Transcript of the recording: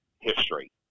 history